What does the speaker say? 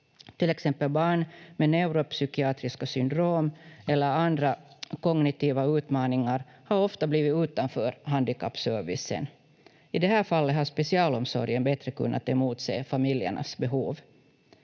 Till exempel barn med neuropsykiatriska syndrom eller andra kognitiva utmaningar har ofta blivit utanför handikappservicen. I det här fallet har specialomsorgen bättre kunnat emotse familjernas behov.